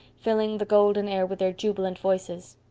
filling the golden air with their jubilant voices.